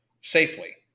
safely